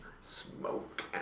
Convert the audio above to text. Smoke